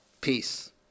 peace